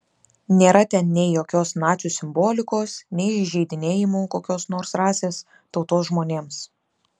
nėra ten nei jokios nacių simbolikos nei įžeidinėjimų kokios nors rasės tautos žmonėms